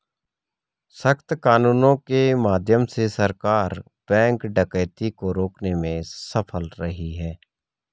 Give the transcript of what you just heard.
सख्त कानूनों के माध्यम से सरकार बैंक डकैती को रोकने में सफल रही है